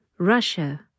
Russia